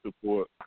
support